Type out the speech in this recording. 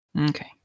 Okay